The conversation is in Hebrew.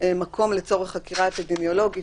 מקום לצורך חקירה אפידמיולוגית,